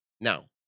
Now